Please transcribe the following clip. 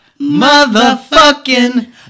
motherfucking